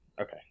Okay